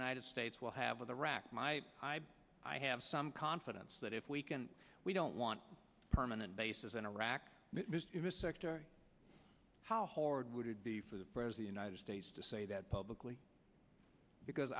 united states will have with a rock my i have some confidence that if we can we don't want permanent bases in iraq how hard would it be for the present united states to say that publicly because